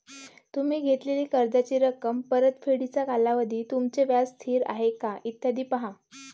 तुम्ही घेतलेल्या कर्जाची रक्कम, परतफेडीचा कालावधी, तुमचे व्याज स्थिर आहे का, इत्यादी पहा